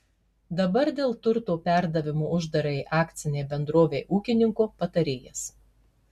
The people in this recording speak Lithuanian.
dabar dėl turto perdavimo uždarajai akcinei bendrovei ūkininko patarėjas